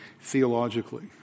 theologically